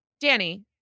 Danny